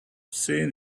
seen